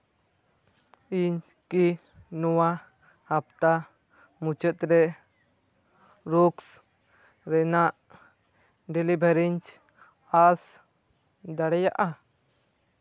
ᱤᱧ ᱠᱤ ᱱᱚᱣᱟ ᱦᱟᱯᱛᱟ ᱢᱩᱪᱟᱹᱫ ᱨᱮ ᱨᱳᱜᱽᱥ ᱨᱮᱱᱟᱜ ᱰᱮᱞᱤᱵᱷᱟᱨᱤᱧ ᱟᱥ ᱫᱟᱲᱮᱭᱟᱜᱼᱟ